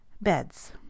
BEDS